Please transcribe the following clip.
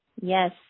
Yes